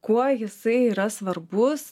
kuo jisai yra svarbus